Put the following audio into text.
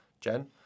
Jen